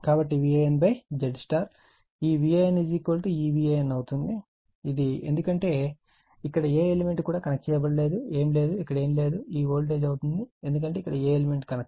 కాబట్టి VAN ZY ఈ V AN ఈ VAN అవుతుంది ఇది ఎందుకంటే ఇక్కడ ఏ ఎలిమెంట్ కూడా కనెక్ట్ చేయబడలేదు ఏమీ లేదు ఇక్కడ ఏమీ లేదు ఈ వోల్టేజ్ అవుతుంది ఎందుకంటే ఇక్కడ ఏ ఎలిమెంట్ కనెక్ట్ కాలేదు